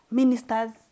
ministers